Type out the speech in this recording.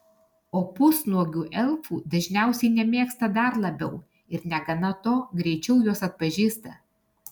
o pusnuogių elfų greičiausiai nemėgsta dar labiau ir negana to greičiau juos atpažįsta